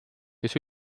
kes